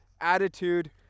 attitude